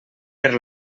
per